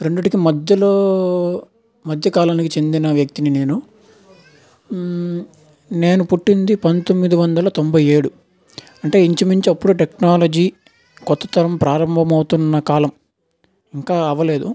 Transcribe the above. రెండింటికి మధ్యలో మధ్యకాలానికి చెందిన వ్యక్తిని నేను నేను పుట్టింది పంతొమ్మిది వందల తొంభై ఏడు అంటే ఇంచు మించు అప్పుడు టెక్నాలజీ కొత్త తరం ప్రారంభమవుతున్న కాలం ఇంకా అవ్వలేదు